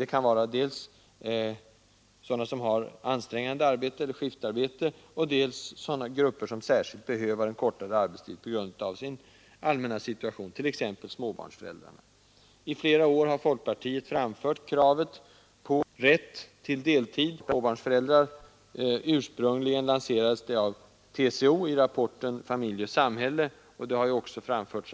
Det kan vara dels sådana som har ansträngande arbete eller skiftarbete, dels sådana grupper som särskilt behöver en kortare arbetstid på grund av sin allmänna situation, t.ex. småbarnsföräldrar. I flera år har folkpartiet framfört kravet på rätt till kortare arbetstid för småbarnsföräldrar. Ursprungligen lanserades det av TCO i rapporten Familj och samhälle, och det har som